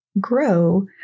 grow